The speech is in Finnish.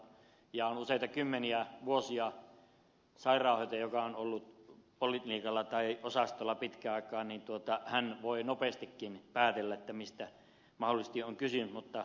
ja on useita kymmeniä vuosia poliklinikalla tai osastolla ollut sairaanhoitaja niin hän voi nopeastikin päätellä mistä mahdollisesti on kysymys